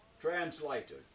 translated